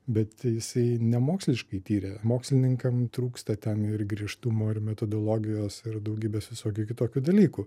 bet jisai nemoksliškai tyrė mokslininkam trūksta ten ir griežtumo ir metodologijos ir daugybės visokių kitokių dalykų